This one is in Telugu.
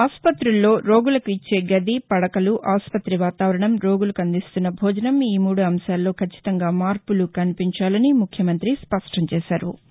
ఆస్పత్తుల్లో రోగులకు ఇచ్చే గది పడకలు ఆస్పత్తి వాతావరణం రోగులకు అందిస్తున్న భోజనం ఈ మూడు అంశాల్లో కచ్చితంగా మార్పులు కనిపించాలని ముఖ్యమంత్రి స్పష్ణం చేశారు